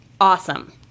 Awesome